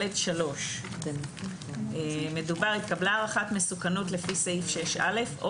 בסעיף 3ב(ד)(3) - "התקבלה הערכת מסוכנות לפי סעיף 6א או